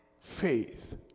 Faith